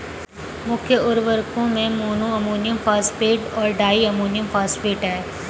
मुख्य उर्वरक में मोनो अमोनियम फॉस्फेट और डाई अमोनियम फॉस्फेट हैं